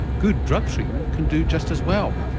good drug treatment can do just as well.